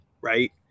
Right